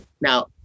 now